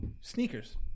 sneakers